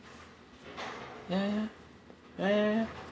ya ya ya ya ya ya ya